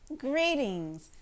Greetings